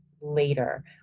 later